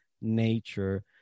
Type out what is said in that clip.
nature